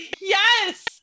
Yes